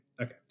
okay